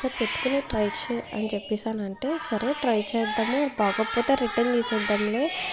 ఒకసారి పెట్టుకొని ట్రై చేయి అని చెప్పేసి అనంటే సరే ట్రై చేద్దాము బాగోకపోతే రిటర్న్ చేసేద్దాంలే